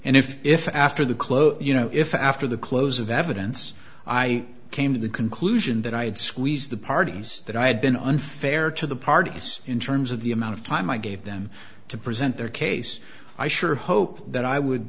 if if after the close you know if after the close of evidence i came to the conclusion that i had squeezed the parties that i had been unfair to the parties in terms of the amount of time i gave them to present their case i sure hope that i would